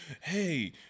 Hey